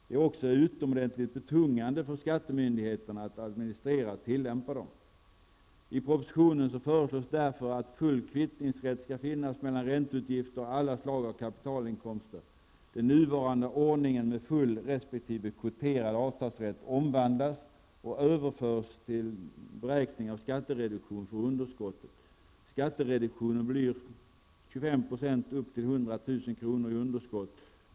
Det är också utomordentligt betungande för skattemyndigheterna att administrera och tillämpa reglerna. I propositionen föreslås därför att full kvittningsrätt skall finnas mellan ränteutgifter och alla slag av kapitalinkomster. Den nuvarande ordningen med full resp. kvoterad avdragsrätt omvandlas och överförs till beräkning av skattereduktion för underskottet. Skattereduktionen blir 25 % för underskott på upp till 100 000 kr.